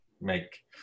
make